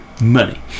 money